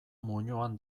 muinoan